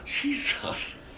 Jesus